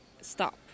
stop